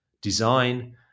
design